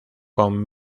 con